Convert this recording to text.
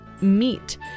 meet